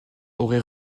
aurait